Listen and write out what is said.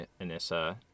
Anissa